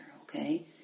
okay